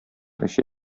эчә